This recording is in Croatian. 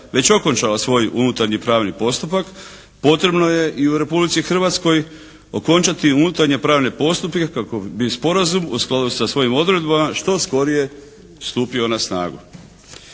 već okončala svoj unutarnji pravni postupak potrebno je i u Republici Hrvatskoj okončati i unutarnje pravne postupke kako bi sporazum u skladu sa svojim odredbama što skorije stupio na snagu.